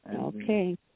Okay